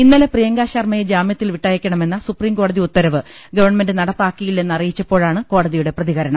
ഇന്നലെ പ്രിയങ്കാ ശർമ്മയെ ജാമ്യത്തിൽ വിട്ടയക്കണമെന്ന് സൂപ്രീംകോടതി ഉത്തരവ് ഗവൺമെന്റ് നടപ്പാക്കിയില്ലെന്ന് അറിയിച്ചപ്പോഴാണ് കോടതിയുടെ പ്രതികരണം